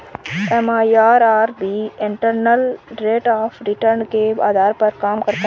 MIRR भी internal rate of return के आधार पर काम करता है